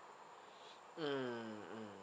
mm mm